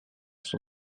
son